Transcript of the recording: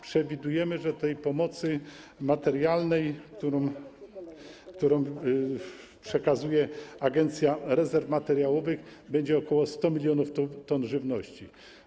Przewidujemy, że w ramach tej pomocy materialnej, którą przekazuje Agencja Rezerw Materiałowych, będzie ok. 100 mln t żywności.